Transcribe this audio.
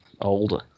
older